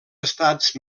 estats